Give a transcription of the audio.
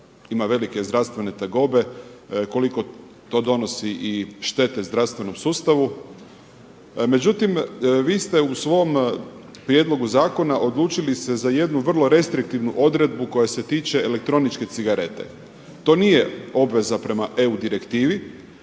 ima velike zdravstvene tegobe, koliko to donosi i štete zdravstvenom sustavu. Međutim, vi ste u svom prijedlogu zakona odlučili se za jednu vrlo restriktivnu odredbu koja se tiče elektroničke cigarete. To nije obveza prema EU direktivi